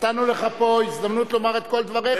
נתנו לך פה הזדמנות לומר את כל דבריך.